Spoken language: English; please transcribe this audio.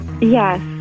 Yes